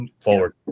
forward